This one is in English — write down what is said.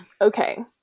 Okay